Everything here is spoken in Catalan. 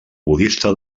budista